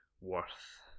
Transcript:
worth